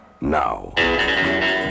Now